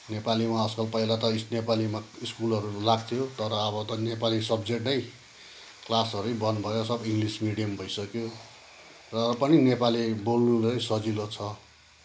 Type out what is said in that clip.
नेपालीमा आजकल पहिला त नेपालीमा स्कुलहरू लाग्थ्यो तर अब त नेपाली सब्जेक्ट नै क्लासहरू नै बन्द भयो सब इङ्ग्लिस मिडियम भइसक्यो र पनि नेपाली बोल्नु नै सजिलो छ